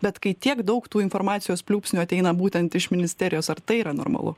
bet kai tiek daug tų informacijos pliūpsnių ateina būtent iš ministerijos ar tai yra normalu